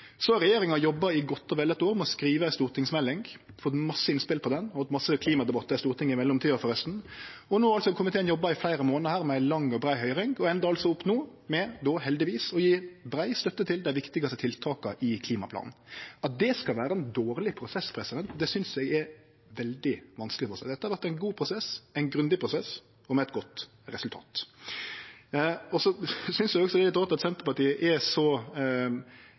Så har regjeringa jobba i godt og vel eit år med å skrive ei stortingsmelding, fått mange innspel på ho, og vi har hatt mange klimadebattar i Stortinget i mellomtida. Og no har altså komiteen jobba i fleire månader med ei lang og brei høyring, og enda heldigvis opp med å gje brei støtte til dei viktigaste tiltaka i klimaplanen. At det skal vere ein dårleg prosess, det synest eg er veldig vanskeleg å forstå. Dette har vore ein god prosess, ein grundig prosess og med eit godt resultat. Så synest eg også det er litt rart at Senterpartiet er så